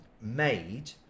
made